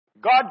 God